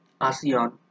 ASEAN